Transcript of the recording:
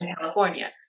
California